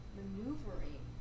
maneuvering